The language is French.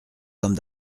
sommes